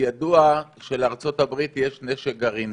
ידוע שלארצות הברית יש נשק גרעיני.